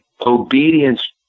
obedience